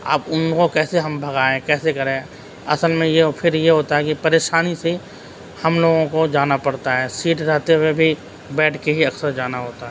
اب ان کو کیسے ہم بھگائیں کیسے کریں اصل میں یہ پھر یہ ہوتا ہے کہ پریشانی سے ہم لوگوں کو جانا پڑتا ہے سیٹ رہتے ہوئے بھی بیٹھ کے ہی اکثر جانا ہوتا ہے